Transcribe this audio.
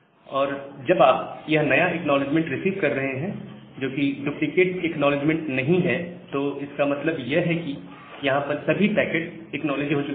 और जब आप यह नया एक्नॉलेजमेंट रिसीव कर रहे हैं जो की डुप्लीकेट एक्नॉलेजमेंट नहीं है तो इसका मतलब है कि यहां पर सभी पैकेट एकनाॅलेड्ज हो चुके हैं